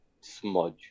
smudge